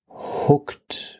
hooked